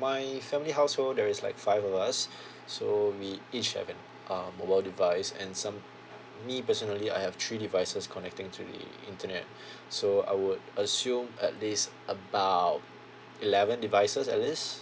my family household there is like five of us so we each have an um mobile device and some me personally I have three devices connecting to the internet so I would assume at least about eleven devices at least